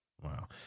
wow